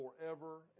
forever